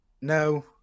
No